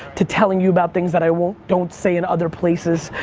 to telling you about things that i won't, don't say in other places.